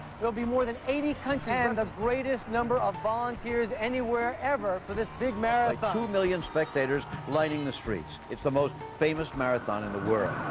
will be more than eighty countries and the greatest number of volunteers anywhere ever for this big marathon. two million spectators lining the streets. it's the most famous marathon in the world.